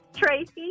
Tracy